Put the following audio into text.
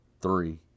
three